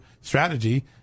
strategy